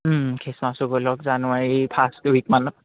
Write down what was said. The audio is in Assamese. খ্ৰীষ্টমাছটো গৈ লওক জানুৱাৰী ফাৰ্ষ্ট উইকমানত